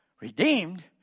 Redeemed